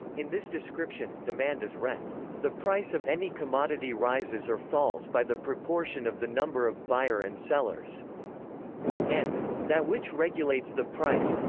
in this description, demand is rent the price of any commodity rises or falls by the proportion of the number of buyer and sellers and that which regulates the price.